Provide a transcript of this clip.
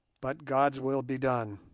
but god's will be done.